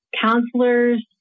counselors